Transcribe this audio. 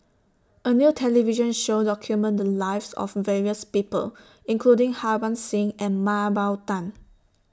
A New television Show documented The Lives of various People including Harbans Singh and Mah Bow Tan